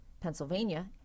Pennsylvania